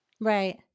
Right